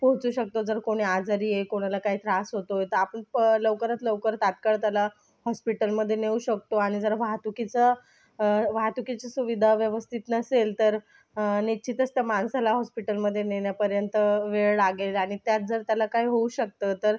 पोहोचू शकतो जर कोणी आजारी आहे कोणाला काय त्रास होतो आहे तर आपण प लवकरात लवकर तात्काळ त्याला हॉस्पिटलमध्ये नेऊ शकतो आणि जर वाहतुकीचं वाहतुकीच्या सुविधा व्यवस्थित नसेल तर निश्चितच त्या माणसाला हॉस्पिटलमध्ये नेण्यापर्यंत वेळ लागेल आणि त्यात जर त्याला काय होऊ शकतं तर